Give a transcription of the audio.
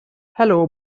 hello